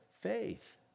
faith